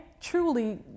truly